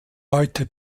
heute